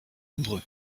nombreux